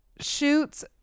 shoots